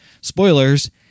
Spoilers